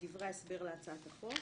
בדברי ההסבר להצעת החוק